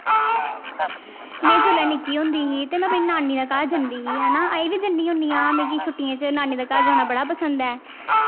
में जेल्लै निक्की होंदी ही ते में अपनी नानी दे घर जंदी ही है ना अजें बी जन्नी होन्नी आं मिगी छुट्टियें च नानी दे घर जाना बड़ा पसंद ऐ